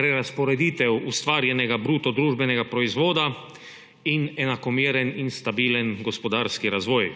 prerazporeditev ustvarjenega bruto družbenega proizvoda ter enakomeren in stabilen gospodarski razvoj.